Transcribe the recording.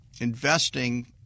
Investing